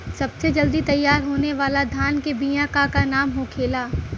सबसे जल्दी तैयार होने वाला धान के बिया का का नाम होखेला?